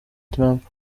trump